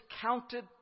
counted